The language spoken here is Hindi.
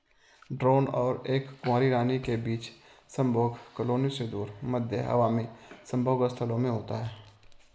ड्रोन और एक कुंवारी रानी के बीच संभोग कॉलोनी से दूर, मध्य हवा में संभोग स्थलों में होता है